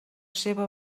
seva